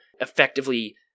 effectively